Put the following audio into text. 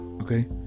okay